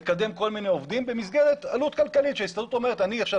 לקדם כל מיני עובדים במסגרת עלות כלכלית שההסתדרות אומרת שהיא עכשיו